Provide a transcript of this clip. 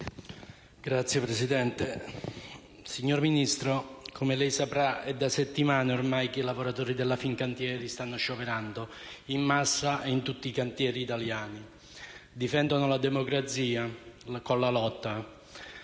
*(Misto-SEL)*. Signor Ministro, come saprà, è da settimane ormai che i lavoratori della Fincantieri stanno scioperando in massa in tutti i cantieri italiani: difendono la democrazia con la lotta